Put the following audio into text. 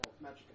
magic